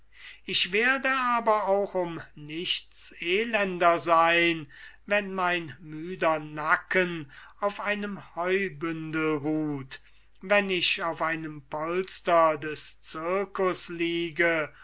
ich werde um nichts elender sein wenn mein müder nacken auf einem heubündel ruht wenn ich auf einem polster des circus liege